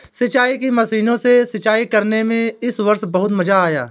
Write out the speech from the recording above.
सिंचाई की मशीनों से सिंचाई करने में इस वर्ष बहुत मजा आया